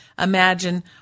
imagine